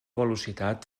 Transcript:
velocitat